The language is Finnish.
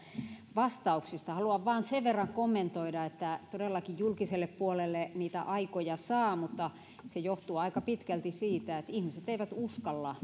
vastauksista haluan vain sen verran kommentoida että todellakin julkiselle puolelle niitä aikoja saa mutta se johtuu aika pitkälti siitä että ihmiset eivät uskalla